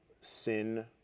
sin